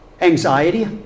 anxiety